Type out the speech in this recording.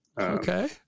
Okay